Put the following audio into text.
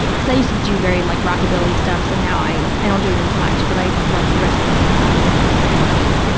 because i used to do very like rockabilly stuff, so now i, i don't do it as much, but i just love dressing up and kind of,